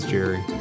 Jerry